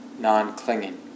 non-clinging